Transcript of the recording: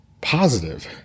positive